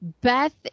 Beth